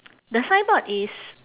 the signboard is